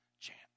chance